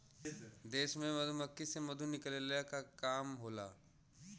देश में मधुमक्खी से मधु निकलला के काम होला